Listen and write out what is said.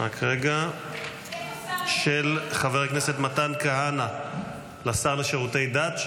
של חבר הכנסת מתן כהנא לשר לשירותי דת,